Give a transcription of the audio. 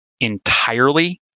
entirely